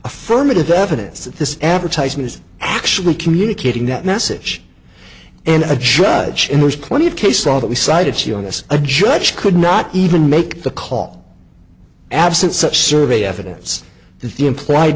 affirmative evidence that this advertisement is actually communicating that message in a judge and there's plenty of case law that we cited see on this a judge could not even make the call absent such survey evidence i